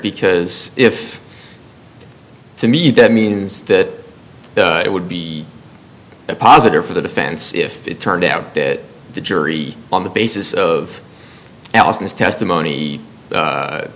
because if to me that means that it would be a positive for the defense if it turned out that the jury on the basis of allison's testimony